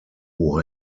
who